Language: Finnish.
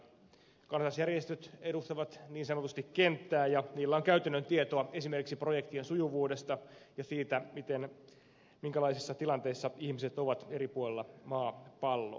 kansalaisjärjestöt edustavat niin sanotusti kenttää ja niillä on käytännön tietoa esimerkiksi projektien sujuvuudesta ja siitä minkälaisissa tilanteissa ihmiset ovat eri puolilla maapalloa